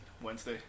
Wednesday